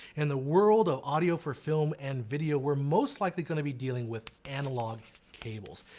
in the world of audio for film and video we're most likely going to be dealing with analog cables.